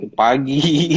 pagi